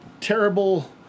terrible